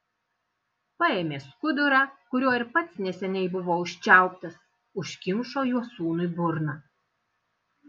paėmė skudurą kuriuo ir pats neseniai buvo užčiauptas užkimšo juo sūnui burną